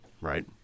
Right